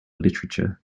literature